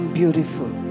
beautiful